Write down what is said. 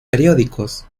periódicos